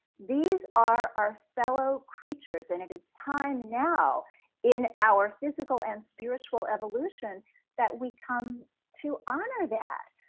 these are our fellow creatures and it is time now in our physical and spiritual evolution that we come to honor that.